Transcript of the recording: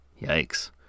Yikes